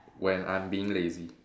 when I'm being lazy